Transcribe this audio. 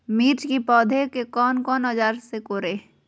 मिर्च की पौधे को कौन सा औजार से कोरे?